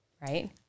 Right